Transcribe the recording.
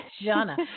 Jana